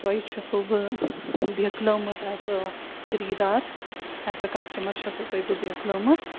تۄہہِ چھِسو بہٕ بٮ۪کلٲمٕژ آز خٔریٖدار ایز اےٚ کسٹمر چھَسوتۄہہِ بہٕ بٮ۪کلٲمٕژ